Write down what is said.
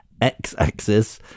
x-axis